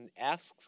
asks